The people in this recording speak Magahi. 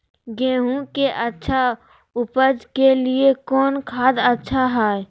गेंहू के अच्छा ऊपज के लिए कौन खाद अच्छा हाय?